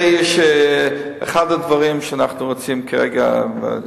אחד הדברים שאנחנו רוצים כרגע,